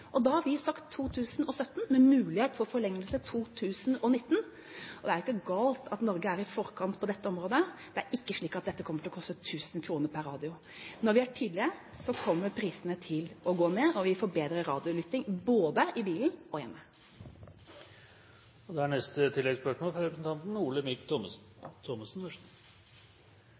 Da har vi sagt 2017, med mulighet for forlengelse til 2019. Det er jo ikke galt at Norge er i forkant på dette området. Det er ikke slik at dette kommer til å koste 1 000 kr per radio. Når vi er tidlig ute, kommer prisene til å gå ned, og vi får bedre radiolytting både i bilen og